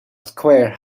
square